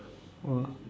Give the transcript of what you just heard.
!wah!